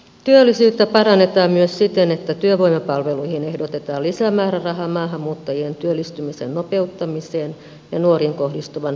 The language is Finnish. työllisyyttä parannetaan myös siten että työvoimapalveluihin ehdotetaan lisämäärärahaa maahanmuuttajien työllistymisen nopeuttamiseen ja nuoriin kohdistuvaan palkkatukeen